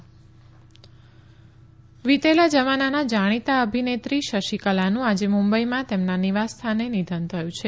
શશીકલા નિધન વીતેલા જમાનાના જાણીતા અભિનેત્રી શશીકલાનું આજે મુંબઇમાં તેમના નિવાસ સ્થાને નિધન થયું છે